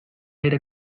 aire